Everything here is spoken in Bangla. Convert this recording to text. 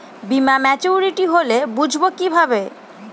বীমা মাচুরিটি হলে বুঝবো কিভাবে?